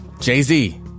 Jay-Z